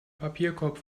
papierkorb